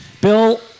Bill